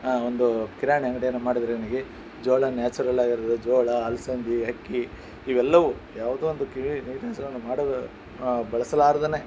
ಆ ಒಂದು ಕಿರಾಣಿ ಅಂಗಡಿಯನ್ನು ಮಾಡಿದರೆ ನನಗೆ ಜೋಳ ನ್ಯಾಚುರಲ್ ಆಗಿರುತ್ತದೆ ಜೋಳ ಅಲ್ಸಂದೆ ಅಕ್ಕಿ ಇವೆಲ್ಲವೂ ಯಾವುದೋ ಒಂದು ಬಳಸಲಾರದೇ